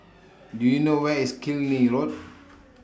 Do YOU know Where IS Killiney Road